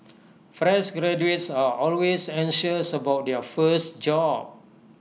fresh graduates are always anxious about their first job